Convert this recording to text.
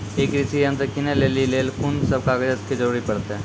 ई कृषि यंत्र किनै लेली लेल कून सब कागजात के जरूरी परतै?